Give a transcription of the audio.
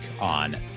on